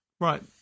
Right